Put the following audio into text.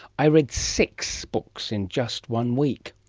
i read six books in just one week.